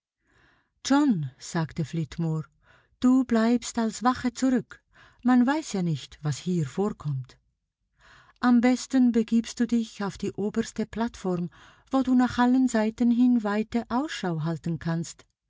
john sagte flitmore du bleibst als wache zurück man weiß ja nicht was hier vorkommt am besten begibst du dich auf die oberste plattform wo du nach allen seiten hin weite ausschau halten kannst